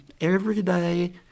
everyday